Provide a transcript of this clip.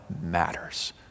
matters